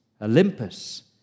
Olympus